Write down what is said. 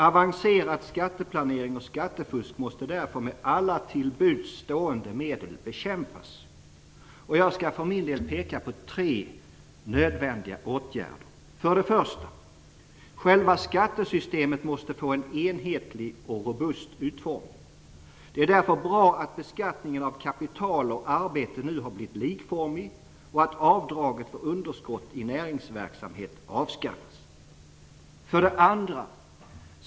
Avancerad skatteplanering och skattefusk måste därför med alla till buds stående medel bekämpas. Jag skall för min del peka på tre nödvändiga åtgärder. 1. Själva skattesystemet måste få en enhetlig och robust utformning. Det är därför bra att beskattningen av kapital och arbete nu har blivit likformig och att avdraget för underskott i näringsverksamhet avskaffas. 2.